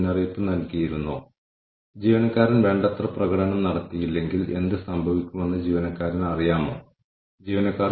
അപ്പോൾ നമ്മുടെ വിഭവങ്ങൾ ഓർഗനൈസേഷനിലേക്ക് സംഭാവന ചെയ്യാൻ എത്രത്തോളം തയ്യാറാണെന്ന് നമ്മൾ കണ്ടെത്തും